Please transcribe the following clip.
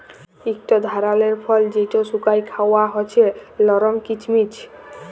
ইকট ধারালের ফল যেট শুকাঁয় খাউয়া হছে লরম কিচমিচ